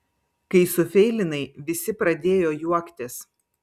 kai sufeilinai visi pradėjo juoktis